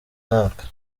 mwaka